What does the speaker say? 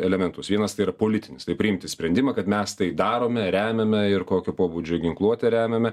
elementus vienas tai ir politinis tai priimti sprendimą kad mes tai darome remiame ir kokio pobūdžio ginkluote remiame